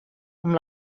amb